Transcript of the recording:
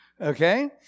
okay